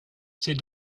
c’est